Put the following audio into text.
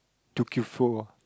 two Q four